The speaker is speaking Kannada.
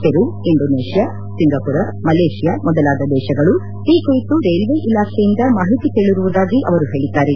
ಪೆರು ಇಂಡೊನೇಷಿಯಾ ಸಿಂಗಪುರ ಮಲೇಷಿಯಾ ಮೊದಲಾದ ದೇಶಗಳು ಈ ಕುರಿತು ರೈಲ್ವೆ ಇಲಾಖೆಯಿಂದ ಮಾಹಿತಿ ಕೇಳಿರುವುದಾಗಿ ಅವರು ಹೇಳಿದ್ದಾರೆ